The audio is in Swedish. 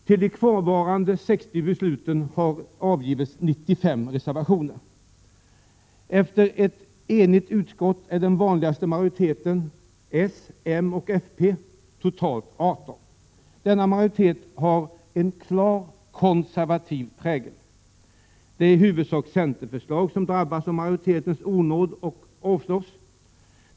Till de kvarvarande 60 momenten har avgivits 95 reservationer. Efter ett enigt utskott är den vanligaste majoriteten s, m och fp, totalt 18 moment. Denna majoritet har en klart konservativ prägel. Det är i huvudsak centerförslag som drabbas av majoritetens onåd och avstyrks.